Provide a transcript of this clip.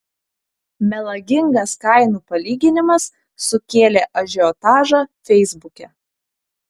melagingas kainų palyginimas sukėlė ažiotažą feisbuke